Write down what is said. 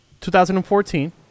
2014